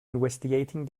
investigating